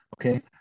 Okay